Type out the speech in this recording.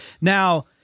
Now